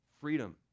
freedom